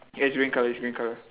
ya it's green colour it's green colour